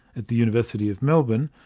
at the university of melbourne,